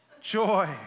joy